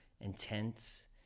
intense